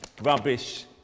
rubbish